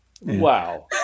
wow